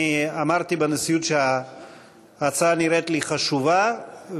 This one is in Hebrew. אני אמרתי בנשיאות שההצעה נראית לי חשובה,